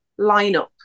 lineup